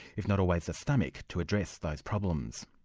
if not always the stomach, to address those problems.